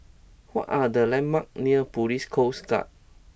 what are the landmarks near Police Coast Guard